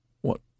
What